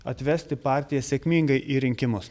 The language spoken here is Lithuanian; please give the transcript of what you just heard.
atvesti partiją sėkmingai į rinkimus